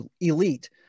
elite